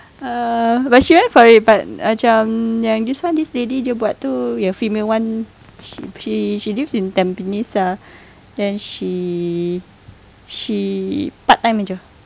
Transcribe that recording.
ah but she went for it but macam yang this one this lady dia buat itu the female [one] she she she lives in tampines ah then she she part time major